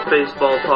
Baseball